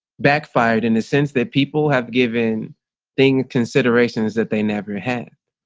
backfired in the sense that people have given thing considerations that they never had.